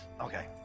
Okay